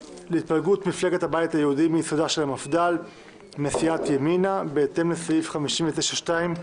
מפלגת הבית היהודי מיסודה של המפד"ל מסיעת ימינה בהתאם לסעיף 59(2)